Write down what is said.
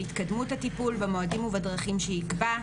התקדמות הטיפול במועדים ובדרכים שיקבע,